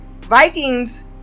vikings